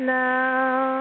now